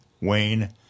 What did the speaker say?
Wayne